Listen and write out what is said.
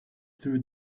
through